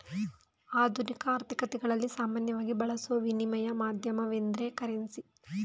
ಆಧುನಿಕ ಆರ್ಥಿಕತೆಗಳಲ್ಲಿ ಸಾಮಾನ್ಯವಾಗಿ ಬಳಸುವ ವಿನಿಮಯ ಮಾಧ್ಯಮವೆಂದ್ರೆ ಕರೆನ್ಸಿ